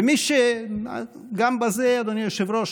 וגם בזה, אדוני היושב-ראש,